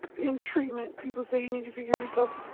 in treatment people say you need to forgive yourself.